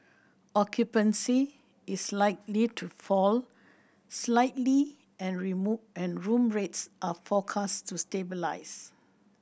occupancy is likely to fall slightly and and room rates are forecast to stabilize